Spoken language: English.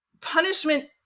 punishment